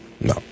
No